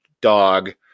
dog